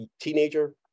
teenager